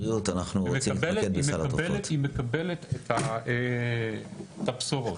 היא מקבלת את הבשורות.